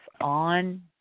on